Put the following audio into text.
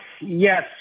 Yes